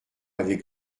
avait